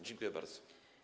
Dziękuję bardzo.